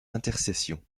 intercession